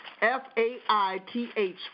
F-A-I-T-H